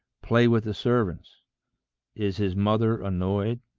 play with the servants is his mother annoyed?